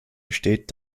besteht